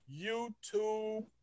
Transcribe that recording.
YouTube